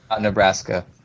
Nebraska